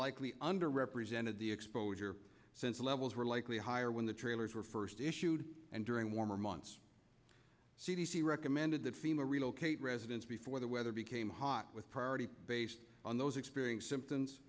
likely under represented the exposure since the levels were likely higher when the trailers were first issued and during warmer months c d c recommended that female relocate residents before the weather became hot with priority based on those experienced symptoms